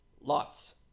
Lots